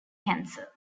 cancer